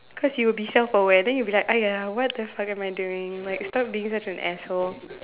cause you will be self aware then you will be like !aiya! what the fuck am I doing like stop being such an asshole